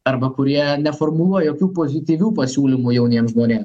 arba kurie neformuluoja jokių pozityvių pasiūlymų jauniem žmonėm